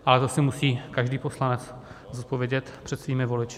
Ale to si musí každý poslanec zodpovědět před svými voliči.